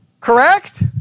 Correct